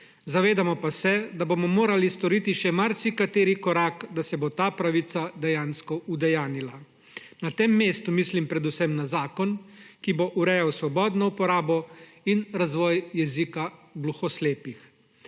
Zavedamo pa se, da bomo morali storiti še marsikateri korak, da se bo ta pravica dejansko udejanjila. Na tem mestu mislim predvsem na zakon, ki bo urejal svobodno uporabo in razvoj jezika gluhoslepih.